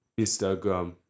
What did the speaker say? Instagram